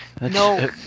No